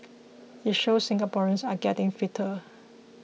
it shows Singaporeans are getting fitter